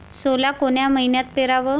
सोला कोन्या मइन्यात पेराव?